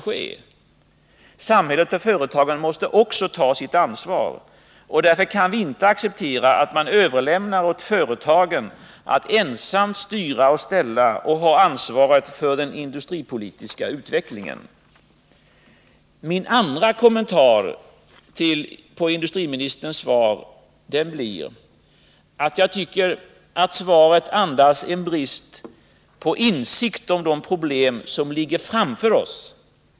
Samhället och företagen måste också ta sitt ansvar. Därför kan vi inte acceptera att man överlämnar åt företagen att ensamma styra och ställa och ha ansvaret för industripolitisk utveckling. Min andra kommentar till industriministerns svar blir, att jag tycker att svaret andas en brist på insikt om de problem som ligger framför oss.